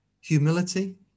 humility